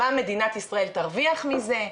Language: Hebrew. מה מדינת ישראל תרוויח מזה,